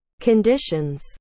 conditions